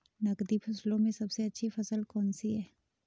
नकदी फसलों में सबसे अच्छी फसल कौन सी है?